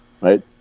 right